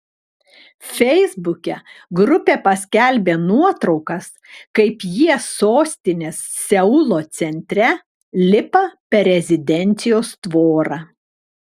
feisbuke grupė paskelbė nuotraukas kaip jie sostinės seulo centre lipa per rezidencijos tvorą